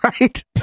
Right